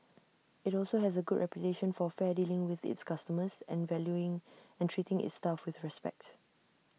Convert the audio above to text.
IT also has A good reputation for fair dealing with its customers and valuing and treating its staff with respect